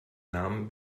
namen